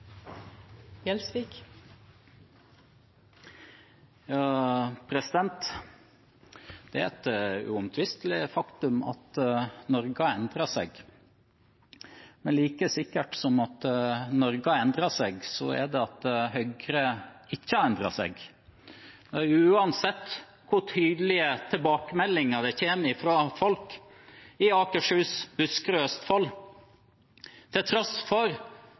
er et uomtvistelig faktum at Norge har endret seg. Men like sikkert som at Norge har endret seg, er det at Høyre ikke har endret seg. Uansett hvor tydelige tilbakemeldinger som kommer fra folk i Akershus, Buskerud og Østfold, og til tross for